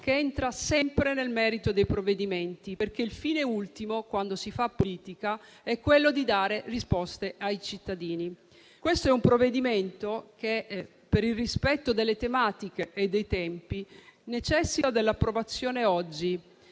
che entra sempre nel merito dei provvedimenti, perché il fine ultimo, quando si fa politica, è dare risposte ai cittadini. Questo è un provvedimento che, per il rispetto delle tematiche e dei tempi, necessita dell'approvazione oggi,